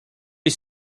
les